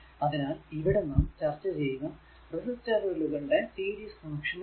അതിനാൽ ഇവിടെ നാം ചർച്ച ചെയ്യുക റെസിസ്റ്ററുകളുടെ സീരീസ് കണക്ഷൻ ആണ്